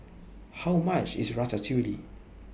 How much IS Ratatouille